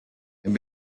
and